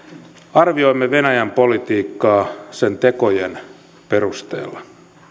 arvioimme venäjän politiikkaa sen tekojen perusteella